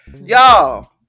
y'all